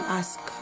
ask